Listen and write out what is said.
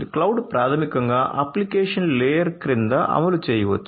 cloud ప్రాథమికంగా application layer క్రింద అమలు చేయవచ్చు